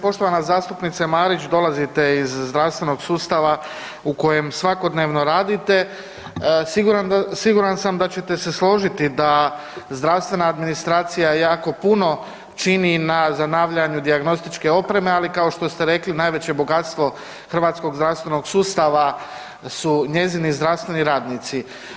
Poštovana zastupnice Marić, dolazite oz zdravstvenog sustava u kojem svakodnevno radite, siguran sam da ćete se složiti da zdravstvena administracija jako puno čini na zanavljanju dijagnostičke opreme, ali kao što rekli, najveće bogatstvo hrvatskog zdravstvenog sustava su njezini zdravstveni radnici.